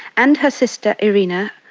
and her sister, erina,